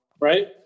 right